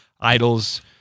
Idols